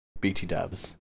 BT-dubs